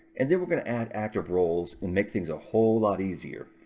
and then we're going to add active roles and make things a whole lot easier.